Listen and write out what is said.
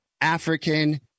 African